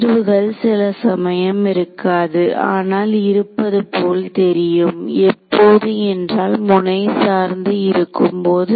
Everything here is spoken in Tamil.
தீர்வுகள் சில சமயம் இருக்காது ஆனால் இருப்பது போல் தெரியும் எப்போது என்றால் முனை சார்ந்து இருக்கும்போது